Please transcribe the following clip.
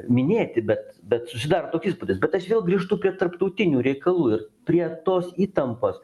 minėti bet bet susidaro toks įspūdis bet aš vėl grįžtu prie tarptautinių reikalų ir prie tos įtampos